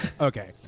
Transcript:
Okay